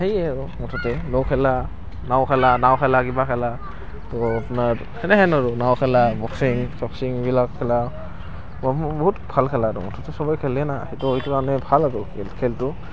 সেই আৰু মুঠতে নতুন খেলা নাও খেলা নাও খেলা কিবা খেলা তো আপোনাৰ সেনেহেন আৰু নাও খেলা বক্সিং চক্সিংবিলাক খেলা বহুত ভাল খেলা আৰু সবে খেলে না সেইটো মানে ভাল আৰু খেলটো